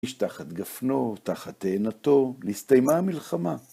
איש תחת גפנו, תחת תאנתו, להסתיימה המלחמה.